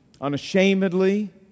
unashamedly